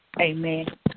amen